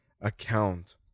account